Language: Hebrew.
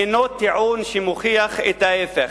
הינו טיעון שמוכיח את ההיפך: